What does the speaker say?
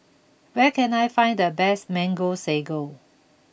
where can I find the best Mango Sago